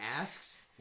asks